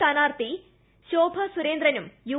സ്ഥാനാർത്ഥി ശോഭാ സുരേന്ദ്രനും യു